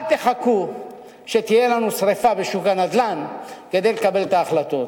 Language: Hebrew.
אל תחכו שתהיה לנו שרפה בשוק הנדל"ן כדי לקבל את ההחלטות.